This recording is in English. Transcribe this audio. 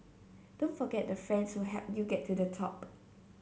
don't forget the friends who helped you get to the top